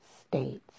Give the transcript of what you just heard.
states